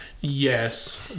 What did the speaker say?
Yes